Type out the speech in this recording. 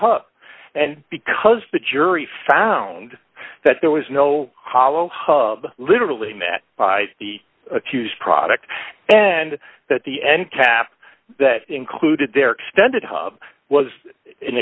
and because the jury found that there was no hollow hub literally met by the accused product and that the end cap that included their extended hub was an